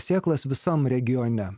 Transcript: sėklas visam regione